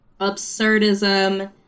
absurdism